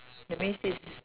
that means is